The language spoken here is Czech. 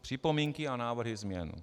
Připomínky a návrhy změn.